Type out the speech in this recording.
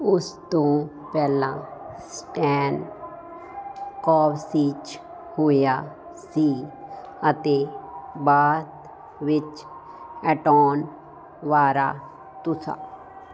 ਉਸ ਤੋਂ ਪਹਿਲਾਂ ਸਟੈਨਕਾਵਸੀਚ ਹੋਇਆ ਸੀ ਅਤੇ ਬਾਅਦ ਵਿੱਚ ਐਂਟੋਨ ਵਰਾਤੁਸਾ